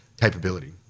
capability